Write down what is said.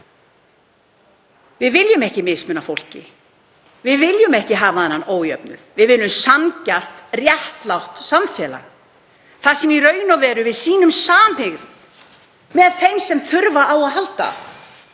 Við viljum ekki mismuna fólki. Við viljum ekki hafa þennan ójöfnuð. Við viljum sanngjarnt, réttlátt samfélag, að við sýnum í raun og veru samhygð með þeim sem þurfa á að halda.